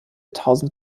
tausend